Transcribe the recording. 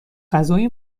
غذای